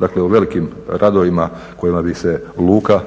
dakle o velikim radovima kojima bi se luka